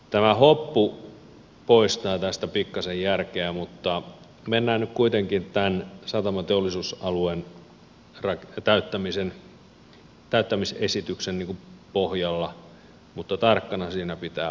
tämä hoppu poistaa tästä pikkasen järkeä mutta mennään nyt kuitenkin tämän satama ja teollisuusalueen täyttämisesityksen pohjalla mutta tarkkana siinä pitää olla